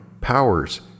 Powers